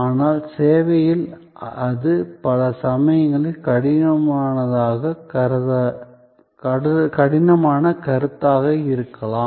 ஆனால் சேவையில் அது பல சமயங்களில் கடினமான கருத்தாக இருக்கலாம்